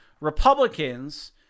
Republicans